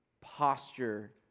posture